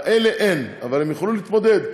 לאלה אין, אבל הם יוכלו להתמודד.